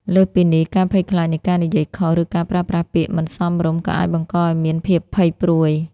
លើសពីនេះ ការភ័យខ្លាចនៃការនិយាយខុស ឬការប្រើប្រាស់ពាក្យមិនសមរម្យ ក៏អាចបង្កឱ្យមានភាពភ័យព្រួយ។